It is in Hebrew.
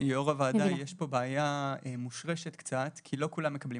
יש פה בעיה מושרשת קצת, כי לא כולם מקבלים